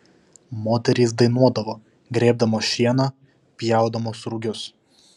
moterys dainuodavo grėbdamos šieną pjaudamos rugius